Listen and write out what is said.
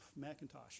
Macintosh